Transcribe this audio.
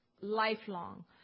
lifelong